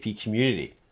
community